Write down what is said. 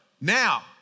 now